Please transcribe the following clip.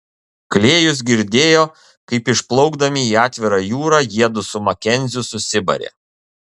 klėjus girdėjo kaip išplaukdami į atvirą jūrą jiedu su makenziu susibarė